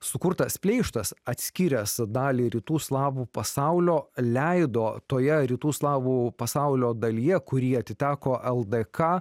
sukurtas pleištas atskyręs dalį rytų slavų pasaulio leido toje rytų slavų pasaulio dalyje kuri atiteko ldk